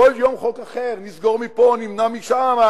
כל יום חוק אחר, נסגור מפה, נמנע משם.